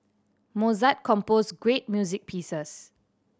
Mozart composed great music pieces